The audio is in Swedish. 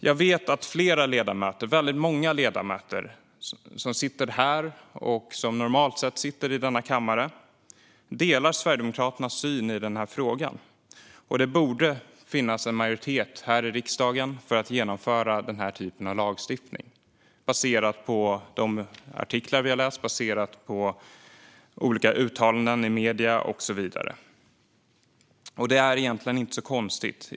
Jag vet att flera ledamöter, väldigt många ledamöter, som sitter här nu och som normalt sett sitter i denna kammare delar Sverigedemokraternas syn i den här frågan. Det borde finnas en majoritet här i riksdagen för att genomföra den här typen av lagstiftning baserat på de artiklar vi har läst, på olika uttalanden i medierna och så vidare. Det är egentligen inte så konstigt.